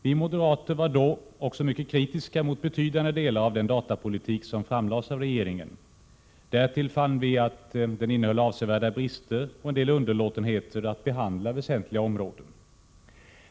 Vi moderater var också mycket kritiska mot betydande delar av den datapolitik som då framlades av regeringen. Därtill fann vi avsevärda brister, jet och man hade underlåtit att behandla väsentliga områden.